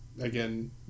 again